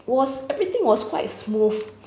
was everything was quite smooth